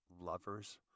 lovers